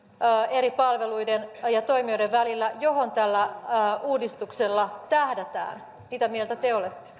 eri palveluiden ja ja toimijoiden välillä johon tällä uudistuksella tähdätään mitä mieltä te